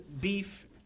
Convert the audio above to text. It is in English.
beef